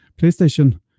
PlayStation